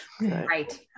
right